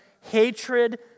hatred